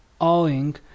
owing